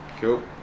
Cool